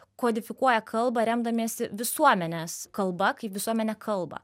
kodifikuoja kalbą remdamiesi visuomenės kalba kaip visuomenė kalba